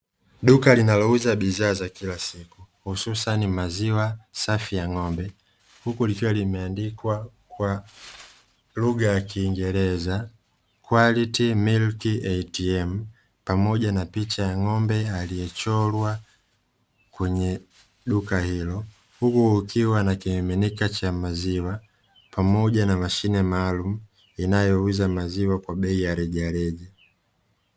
Duka linalouza bidhaa za kila siku hususani maziwa safi ya ng’ombe, huku likiwa limeandikwa kwa lugha ya kiengereza "Quality milk ATM", pamoja na picha ya ng’ombe aliyechorwa kwenye duka hilo, huku kukiwa na kimiminika cha maziwa, pamoja na mashine maalumu inayouza maziwa kwa bei ya rejareja.